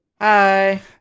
Hi